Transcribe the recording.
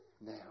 now